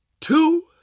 two